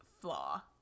flaw